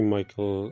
Michael